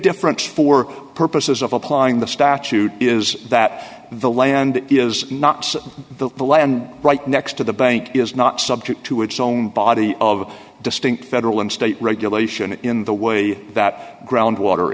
difference for purposes of applying the statute is that the land is not the the land right next to the bank is not subject to its own body of distinct federal and state regulation in the way that groundwater